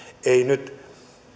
ei nyt